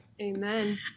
Amen